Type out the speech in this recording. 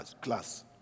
class